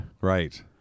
right